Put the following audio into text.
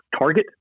target